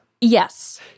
Yes